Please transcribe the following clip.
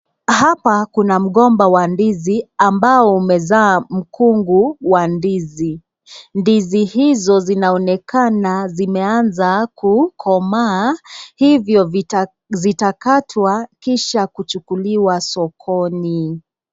Hapa kuna mgomba wa ndizi ambao umezaa mkungu wa ndizi, ndizi hizo zinaonekana zimeanza kukomaa hivyo vitakatwa hivyo huchukuliwa sokoni.